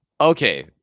Okay